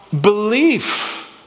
belief